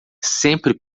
sempre